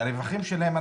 והרווחים שלהן,